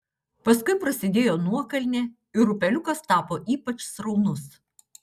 paskui prasidėjo nuokalnė ir upeliukas tapo ypač sraunus